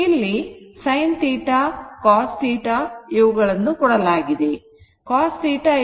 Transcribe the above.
ಇಲ್ಲಿ sin θ cos θ ಇವುಗಳನ್ನು ಕೊಡಲಾಗಿದೆ